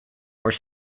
were